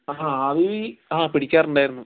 ആ ആവി ആ പിടിക്കാറുണ്ടായിരുന്നു